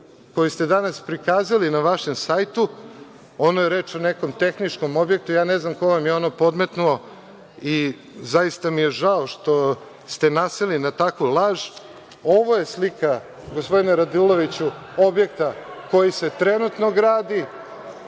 koju ste danas prikazali na vašem sajtu. Ono je reč o nekom tehničkom objektu, ne znam ko vam je ono podmetnuo i zaista mi je žao što ste naseli na takvu laž, ovo je slika gospodine Raduloviću objekta koji se trenutno gradi.